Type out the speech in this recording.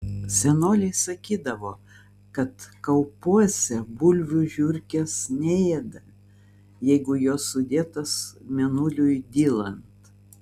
senoliai sakydavo kad kaupuose bulvių žiurkės neėda jeigu jos sudėtos mėnuliui dylant